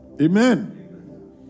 Amen